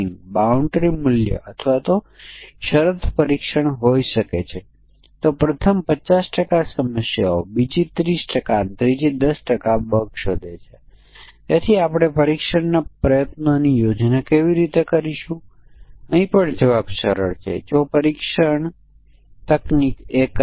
કદાચ આ બુલિયન મૂલ્યો વપરાશકર્તા ઇન્ટરફેસોમાં ખૂબ સામાન્ય છે જ્યાં આપણી પાસે રેડિયો બટનો છે તેને આપણે રેડિયો બટનને ચિહ્નિત કરીએ છીએ અથવા તેને માર્ક કરી શકતા નથી